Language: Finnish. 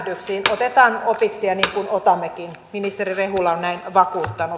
otetaan opiksi niin kuin otammekin ministeri rehula on näin vakuuttanut